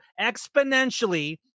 exponentially